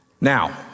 Now